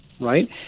right